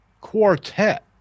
quartet